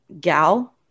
gal